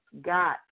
got